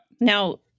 Now